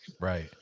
Right